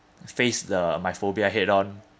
face the my phobia head on